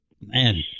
Man